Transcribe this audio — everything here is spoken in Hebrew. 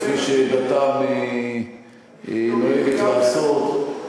כפי שדתם אומרת לעשות.